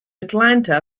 atlanta